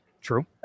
True